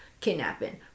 kidnapping